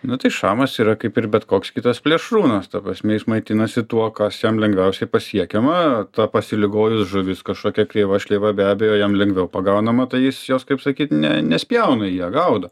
nu tai šamas yra kaip ir bet koks kitas plėšrūnas ta prasme jis maitinasi tuo kas jam lengviausiai pasiekiama ta pasiligojus žuvys kažkokia kreiva šleiva be abejo jam lengviau pagaunama tai jis jos kaip sakyt ne nespjauna ją gaudo